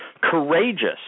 courageous